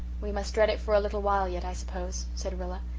we must dread it for a little while yet, i suppose, said rilla.